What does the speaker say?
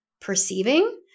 perceiving